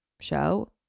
show